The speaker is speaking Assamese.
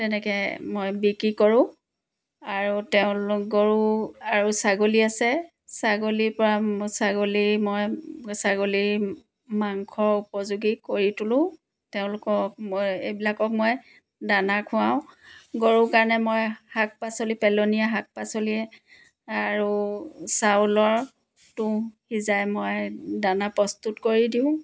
তেনেকৈ মই বিক্ৰী কৰোঁ আৰু তেওঁলোকৰো আৰু ছাগলী আছে ছাগলীৰ পৰা ছাগলীৰ মই ছাগলীৰ মাংসৰ উপযোগী কৰি তুলোঁ তেওঁলোকক মই এইবিলাকক মই দানা খুৱাওঁ গৰুৰ কাৰণে মই শাক পাচলি পেলনীয়া শাক পাচলি আৰু চাউলৰ তুঁহ সিজাই মই দানা প্ৰস্তুত কৰি দিওঁ